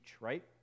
right